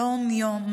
יום-יום,